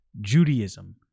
Judaism